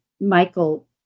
Michael